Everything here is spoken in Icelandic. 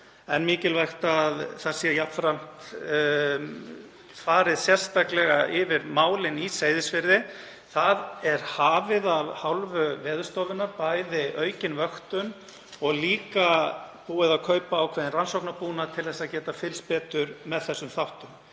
en mikilvægt er að jafnframt sé farið sérstaklega yfir málin á Seyðisfirði. Það er hafin af hálfu Veðurstofunnar aukin vöktun og líka búið að kaupa ákveðinn rannsóknabúnað til að geta fylgst betur með þeim þáttum.